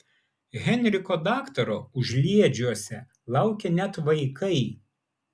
henriko daktaro užliedžiuose laukia net vaikai